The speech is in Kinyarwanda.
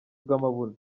bw’amabuno